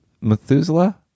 Methuselah